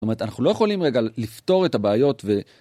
זאת אומרת, אנחנו לא יכולים רגע לפתור את הבעיות ו...